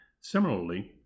Similarly